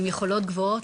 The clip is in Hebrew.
עם יכולות גבוהות,